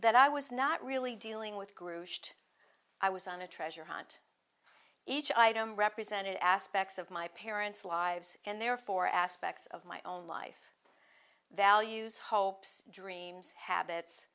that i was not really dealing with grooved i was on a treasure hunt each item represented aspects of my parents lives and therefore aspects of my own life values hopes dreams habits